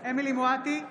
אמילי חיה מואטי,